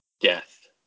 death